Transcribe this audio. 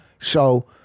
So-